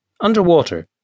Underwater